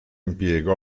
impiego